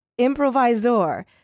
improvisor